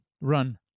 run